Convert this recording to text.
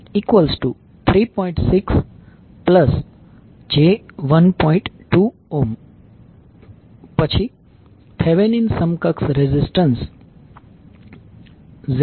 2 પછી થેવેનીન સમકક્ષ resistance ZThZ1Z26